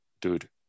dude